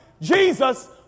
Jesus